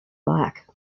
black